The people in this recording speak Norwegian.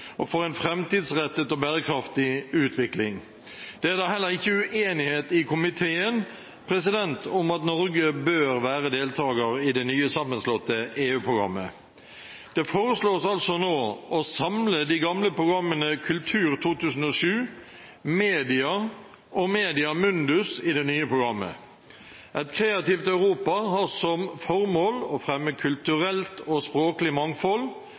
og for en framtidsrettet og bærekraftig utvikling. Det er da heller ikke uenighet i komiteen om at Norge bør være deltager i det nye, sammenslåtte EU-programmet. Det foreslås nå å samle de gamle programmene Kultur 2007, MEDIA og MEDIA Mundus i det nye programmet. Et kreativt Europa har som formål å fremme kulturelt og språklig mangfold,